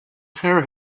her